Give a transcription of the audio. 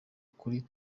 kuri